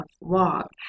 walk